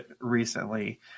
recently